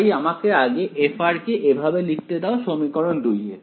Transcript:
তাই আমাকে আগে f কে এভাবে লিখতে দাও সমীকরণ 2 এ